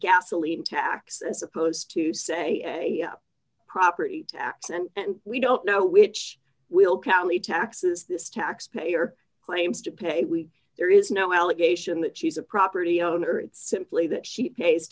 gasoline tax and supposed to say property tax and we don't know which will county taxes this taxpayer claims to pay we there is no allegation that she's a property owner it's simply that she pays